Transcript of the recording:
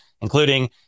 including